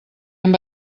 amb